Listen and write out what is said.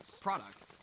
product